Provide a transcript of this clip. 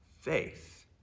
faith